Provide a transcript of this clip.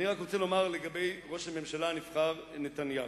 אני רוצה לומר על ראש הממשלה הנבחר, נתניהו.